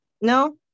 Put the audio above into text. no